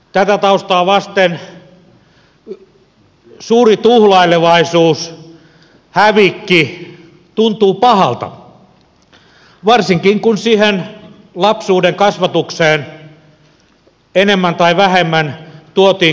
tätä taustaa vasten suuri tuhlailevaisuus hävikki tuntuu pahalta varsinkin kun siihen lapsuuden kasvatukseen enemmän tai vähemmän tuotiin koko maailma